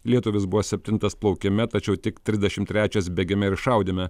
lietuvis buvo septintas plaukime tačiau tik trisdešim trečias bėgime ir šaudyme